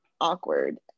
awkward